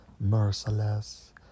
Merciless